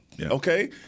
Okay